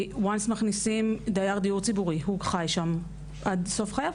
כי once מכניסים דייר בדיור ציבורי הוא חי שם עד סוף חייו.